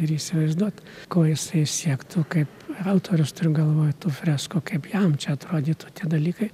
ir įsivaizduot ko jisai siektų kaip autorius turiu galvoj tų freskų kaip jam čia atrodytų tie dalykai